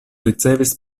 ricevis